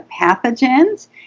pathogens